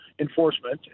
enforcement